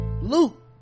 Luke